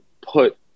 put